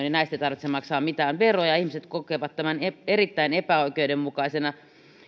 ja näistä ei tarvitse maksaa mitään veroja ihmiset kokevat tämän erittäin epäoikeudenmukaisena